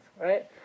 Right